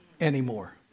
anymore